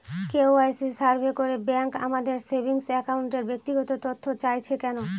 KYC survey করে bank আমাদের saving অ্যাকাউন্টের ব্যক্তিগত তথ্য চাইছে কেন?